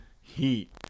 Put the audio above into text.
Heat